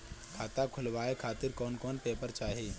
खाता खुलवाए खातिर कौन कौन पेपर चाहीं?